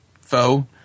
foe